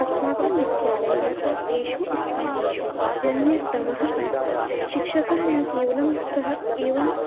अस्माकं विद्यालयः च तेषु स्थानेषु अन्यतमः अस्ति शिक्षकः न केवलं सः एवम्